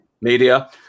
media